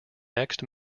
next